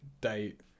date